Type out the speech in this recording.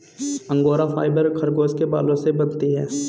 angora fibre खरगोश के बालों से बनती है